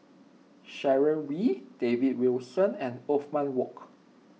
Sharon Wee David Wilson and Othman Wok